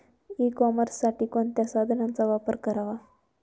E कॉमर्ससाठी कोणत्या साधनांचा वापर करावा?